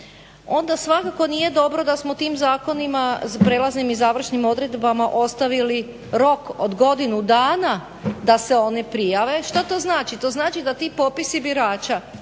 onda svakako nije dobro da smo tim zakonima prijelaznim i završnim odredbama ostavili rok od godinu dana da se one prijave. Što to znači? To znači da ti popisi birača